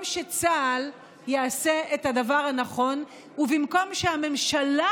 שצה"ל יעשה את הדבר הנכון ובמקום שהממשלה,